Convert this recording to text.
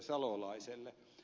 salolaiselle